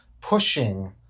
pushing